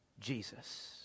Jesus